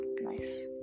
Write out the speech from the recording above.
Nice